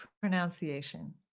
pronunciation